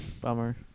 bummer